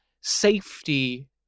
safety